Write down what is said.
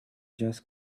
just